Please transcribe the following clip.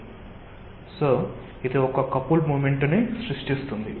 కాబట్టి ఇది ఒక కపుల్ మోమెంట్ ని సృష్టిస్తుంది